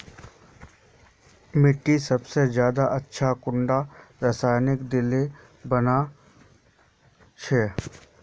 मिट्टी सबसे ज्यादा अच्छा कुंडा रासायनिक दिले बन छै?